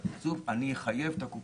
זה חשוב, ואנחנו עושים את זה.